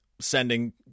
sending